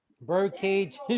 Birdcage